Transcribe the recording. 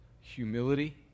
humility